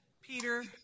Peter